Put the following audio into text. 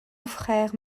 frère